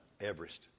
Everest